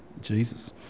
Jesus